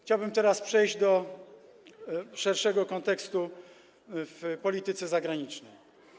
Chciałbym teraz przejść do szerszego kontekstu w polityce zagranicznej.